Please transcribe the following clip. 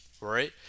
right